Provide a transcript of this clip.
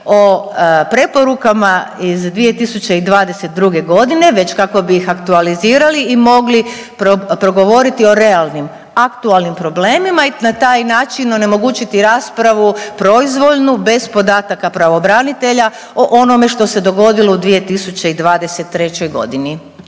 o preporukama iz 2022.g. već kako bi aktualizirali i mogli progovoriti o realnim aktualnim problemima i na taj način onemogućiti raspravu proizvoljnu bez podataka pravobranitelja o onome što se dogodilo u 2023.g.,